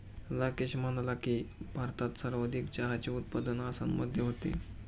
राकेश म्हणाला की, भारतात सर्वाधिक चहाचे उत्पादन आसाममध्ये होते